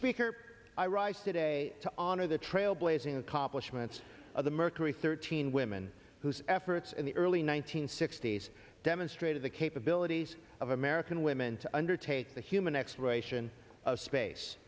speaker i rise today to honor the trailblazing accomplishments of the mercury thirteen women whose efforts in the early one nine hundred sixty s demonstrated the capabilities of american women to undertake the human exploration of space